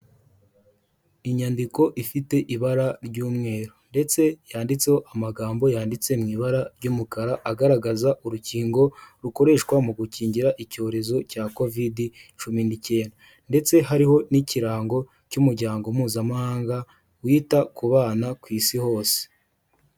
Inyandiko ifite ibara ry'umweru ndetse yanditseho amagambo yanditse mu ibara ry'umukara, agaragaza urukingo rukoreshwa mu gukingira icyorezo cya kovidi cumi n'icyenda ndetse hariho n'ikirango cy'umuryango mpuzamahanga wita ku bana ku Isi hose.